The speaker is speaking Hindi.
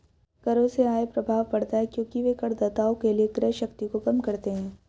करों से आय प्रभाव पड़ता है क्योंकि वे करदाताओं के लिए क्रय शक्ति को कम करते हैं